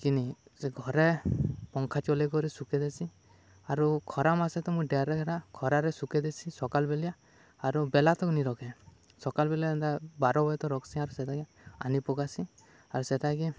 କିିନି ସେ ଘରେ ପଙ୍ଖା ଚଲିଇ କରି ଶୁକେଇ ଦେସିଁ ଆରୁ ଖରା ମାସେ ତ ମୁଇଁ ଡାଇରେକ୍ଟ୍ ହେଟା ଖରାରେ ଶୁକେଇ ଦେସିଁ ସକାଲ ବେଲିଆ ଆରୁ ବେଲା ତକ୍ ନି ରଖେ ସକାଲ୍ ବେଲିଆ ଏନ୍ତା ବାର୍ ବଜା ତକ୍ ରଖ୍ସିଁ ଆର୍ ସେଟାକେ ଆନି ପକାସିଁ ଆର୍ ସେଟାକେ